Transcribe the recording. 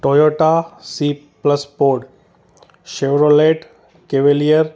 Toyota C plus पोर Chevrolet cavalier